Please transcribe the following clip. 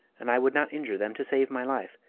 and i would not injure them to save my life,